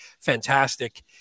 fantastic